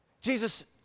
Jesus